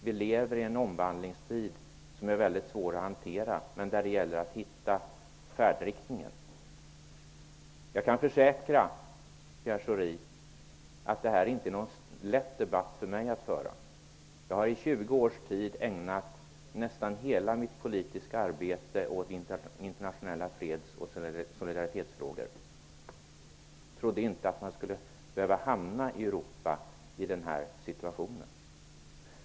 Vi lever i en omvandlingstid som är väldigt svår att hantera men där det gäller att hitta färdriktningen. Jag kan försäkra Pierre Schori att detta inte är någon lätt debatt för mig att föra. Jag har i 20 års tid ägnat nästan hela mitt politiska arbete åt internationella freds och solidaritetsfrågor. Jag trodde inte att man i Europa skulle behöva hamna i den här situationen.